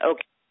Okay